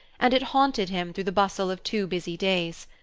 and it haunted him through the bustle of two busy days.